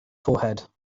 forehead